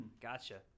Gotcha